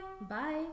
bye